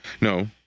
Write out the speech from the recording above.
No